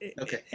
Okay